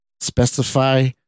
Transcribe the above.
specify